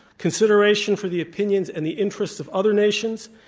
consideration for the opinions and the interests of other nations,